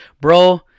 bro